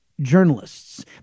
journalists